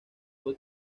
fue